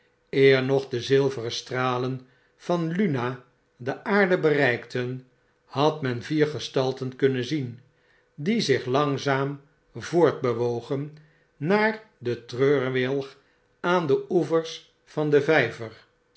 eer nog de zilveren stralen van luna deaardebereikten had men vier gestalten kunnen zien die zich langzaam voortbewogen naar den treurwilg aan de oevers van den vyver